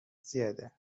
زیاده